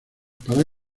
para